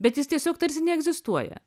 bet jos tiesiog tarsi neegzistuoja